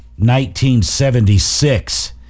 1976